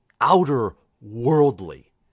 outer-worldly